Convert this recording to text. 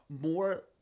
more